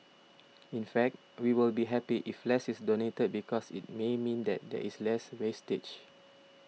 in fact we will be happy if less is donated because it may mean that there is less wastage